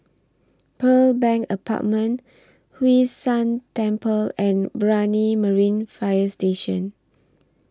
Pearl Bank Apartment Hwee San Temple and Brani Marine Fire Station